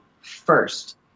first